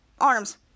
arms